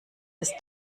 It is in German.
ist